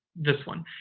this one,